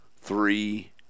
three